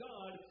God